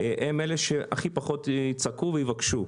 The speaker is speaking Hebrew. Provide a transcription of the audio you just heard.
הם אלה שהכי פחות יצעקו ויבקשו.